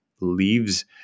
leaves